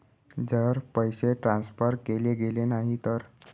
जर पैसे ट्रान्सफर केले गेले नाही तर?